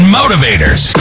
motivators